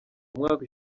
umwaka